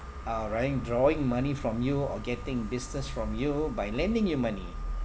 uh drawing money from you or getting business from you by lending you money